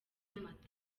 nyamata